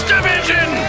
Division